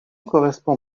correspond